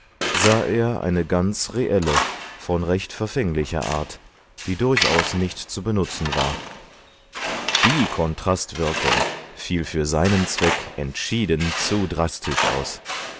sah er eine ganz reelle von recht verfänglicher art die durchaus nicht zu benutzen war die kontrastwirkung fiel für seinen zweck entschieden zu drastisch aus